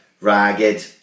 ragged